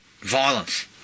violence